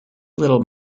little